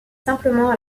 simplement